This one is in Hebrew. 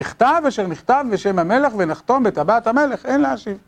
מכתב אשר נכתב בשם המלך ונחתום בטבעת המלך, אין להשיב.